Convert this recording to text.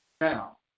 Now